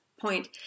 point